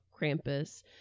Krampus